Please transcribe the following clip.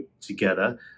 together